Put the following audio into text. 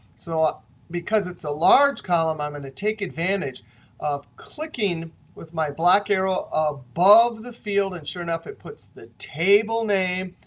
so ah because it's a large column i'm going and to take advantage of clicking with my black arrow above the field. and sure enough, it puts the table name,